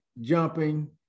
jumping